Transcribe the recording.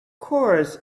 course